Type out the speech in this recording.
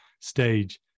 stage